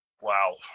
Wow